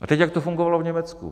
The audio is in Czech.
A teď, jak to fungovalo v Německu.